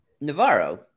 Navarro